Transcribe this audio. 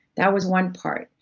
that was one part.